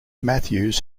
matthews